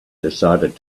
decided